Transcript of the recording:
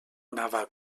anava